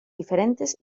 diferentes